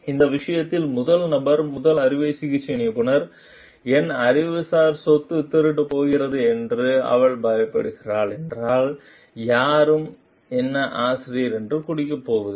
இந்த விஷயத்தில் முதல் நபர் முதல் அறுவை சிகிச்சை நிபுணர் என் அறிவுசார் சொத்து திருடப்படப்போகிறது என்று அவள் பயப்படுகிறாள் என்றால் யாரும் என்னை ஆசிரியர் என்று குறிப்பிடப் போவதில்லை